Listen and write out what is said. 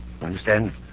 Understand